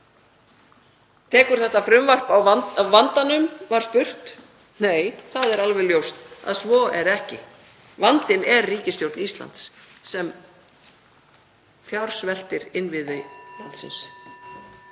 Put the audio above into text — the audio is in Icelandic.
hvort þetta frumvarp tæki á vandanum. Nei, það er alveg ljóst að svo er ekki. Vandinn er ríkisstjórn Íslands sem fjársveltir innviði landsins.